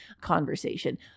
conversation